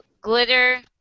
Glitter